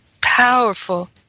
powerful